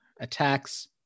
attacks